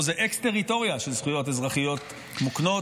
פה זה אקס-טריטוריה של זכויות אזרחיות מוקנות,